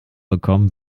bekommen